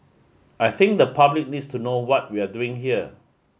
I think the public needs to know what we're doing here